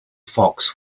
fox